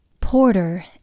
Porter